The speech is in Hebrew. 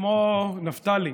כמו נפתלי,